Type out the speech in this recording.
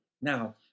Now